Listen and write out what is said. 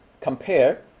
compare